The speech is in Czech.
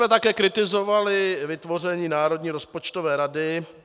My jsme také kritizovali vytvoření Národní rozpočtové rady.